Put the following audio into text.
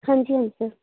ਹਾਂਜੀ ਹਾਂਜੀ ਸਰ